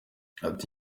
ati